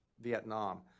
Vietnam